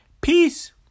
Peace